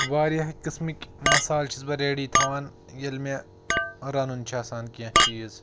واریاہ قٕسمٕکۍ مَسالہٕ چھُس بہٕ ریڈی تھاوان ییٚلہِ مےٚ رَنُن چھُ آسان کینٛہہ چیٖز